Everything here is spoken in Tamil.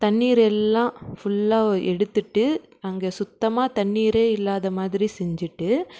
தண்ணீரெல்லாம் ஃபுல்லாக எடுத்துவிட்டு அங்கே சுத்தமாக தண்ணீரே இல்லாத மாதிரி செஞ்சுட்டு